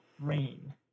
rain